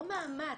לא מאמץ.